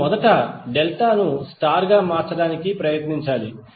మనము మొదట డెల్టా ను స్టార్ గా మార్చడానికి ప్రయత్నించాలి